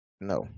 no